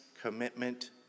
Commitment